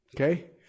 Okay